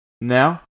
Now